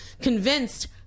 convinced